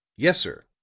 yes, sir.